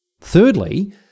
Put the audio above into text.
Thirdly